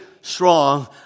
strong